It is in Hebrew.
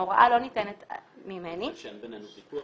ההוראה לא ניתנת ממני --- אני חשב שאין בינינו ויכוח,